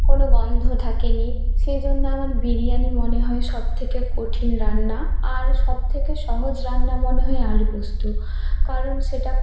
কোনো গন্ধ থাকেনি সেই জন্য আমার বিরিয়ানি মনে হয় সব থেকে কঠিন রান্না আর সব থেকে সহজ রান্না মনে হয় আলু পোস্ত কারণ সেটা